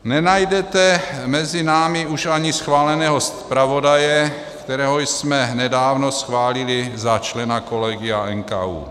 Nenajdete mezi námi už ani schváleného zpravodaje, kterého jsme nedávno schválili za člena kolegia NKÚ.